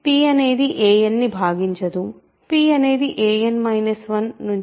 p అనేది anని భాగించదు p అనేది a n 1